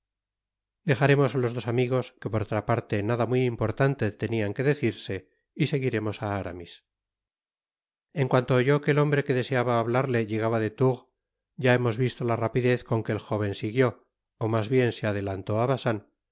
dejaremos á los dos amigos que por otra parte nada muy importante tenian que decirse y seguiremos á aramis en cuanto oyó que et hombre que deseaba hablarle llegaba de tours ya hemos visto la rapidez con que et jóven siguió ó mas bien se adelantó á bacin asi